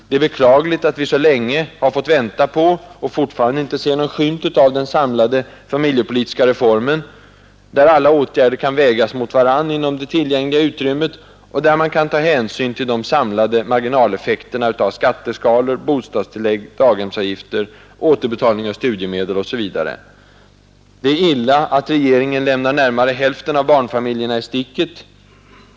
Det är beklagligt att vi så länge fått vänta på — och fortfarande inte ser någon skymt av — den samlade familjepolitiska reformen, där alla åtgärder kan vägas mot varandra inom det tillgängliga utrymmet, och där man kan ta hänsyn till de samlade marginaleffekterna av skatteskalor, bostadstillägg, daghemsavgifter, återbetalning av studiemedel osv. Det är illa att regeringen lämnar närmare hälften av barnfamiljerna i sticket.